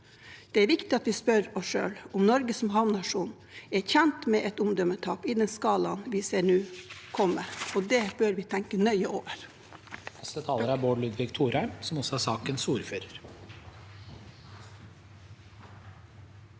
Det er viktig at vi spør oss selv: Er Norge som havnasjon tjent med et omdømmetap i den skalaen vi nå ser komme? Det bør vi tenke nøye over.